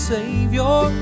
Savior